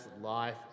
life